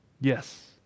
Yes